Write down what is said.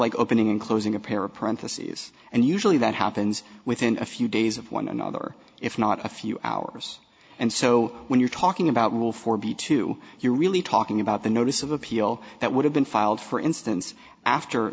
like opening and closing a pair of parentheses and usually that happens within a few days of one another if not a few hours and so when you're talking about rule four b two you're really talking about the notice of appeal that would have been filed for instance after